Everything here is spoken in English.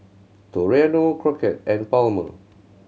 Toriano Crockett and Palmer